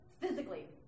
physically